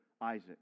Isaac